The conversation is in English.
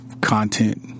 content